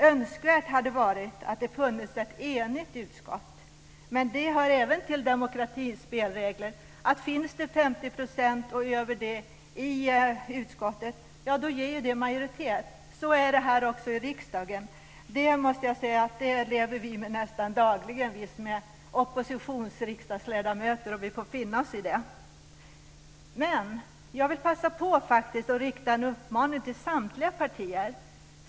Önskvärt hade varit att det funnits ett enigt utskott, men det hör även till demokratins spelregler att finns det över 50 % i utskottet innebär det en majoritet. Så är det också här i riksdagen. Det måste jag säga att vi lever med nästan dagligen, vi som är riksdagsledamöter i opposition. Vi får finna oss i det. Jag vill passa på att faktiskt rikta en uppmaning till samtliga partier.